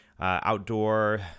outdoor